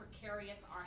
precarious